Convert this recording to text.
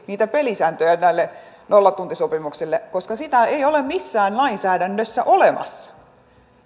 pelisääntöjä näille nollatuntisopimuksille koska sitä ei ole missään lainsäädännössä olemassa